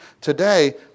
Today